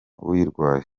uyirwaye